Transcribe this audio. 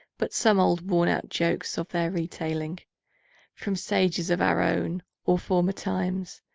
but some old worn-out jokes of their retailing from sages of our own, or former times,